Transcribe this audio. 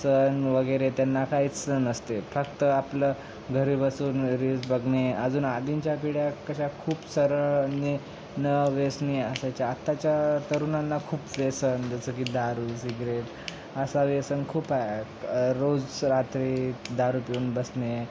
सण वगैरे त्यांना काहीच स नसते फक्त आपलं घरी बसून रीलस बघणे अजून आधीच्या पिढ्या कशा खूप साऱ्यांना न व्यसने असायचे आत्ताच्या तरुणांना खूप व्यसनं जसं की दारू सिगरेट असा व्यसन खूप रोज रात्री दारू पिऊून बसणे